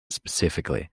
specifically